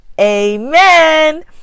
Amen